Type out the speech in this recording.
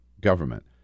government